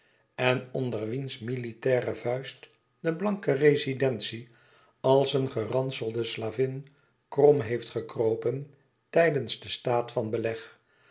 en onder wiens militaire vuist de blanke rezidentie als een geranselde slavin krom heeft gekropen tijdens den staat van beleg